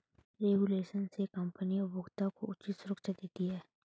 regulation से company उपभोक्ता को उचित सुरक्षा देती है